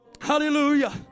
Hallelujah